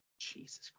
Jesus